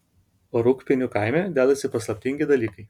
rūgpienių kaime dedasi paslaptingi dalykai